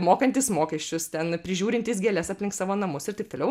mokantys mokesčius ten prižiūrintys gėles aplink savo namus ir taip toliau